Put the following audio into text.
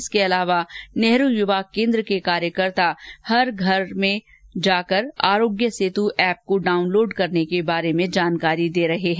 इसके अलावा नेहरू युवा केन्द्र के कार्यकर्ता हर गांव में घर घर जाकर अरोग्य सेतु एप को डाउनलोड करने के बारे में भी जानकारी दे रहे है